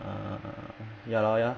err ya lor ya